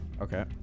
Okay